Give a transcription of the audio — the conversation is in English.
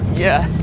yeah,